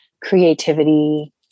creativity